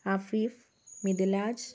Afeef Mithilaj